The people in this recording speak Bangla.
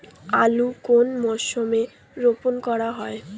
আলু কোন মরশুমে রোপণ করা হয়?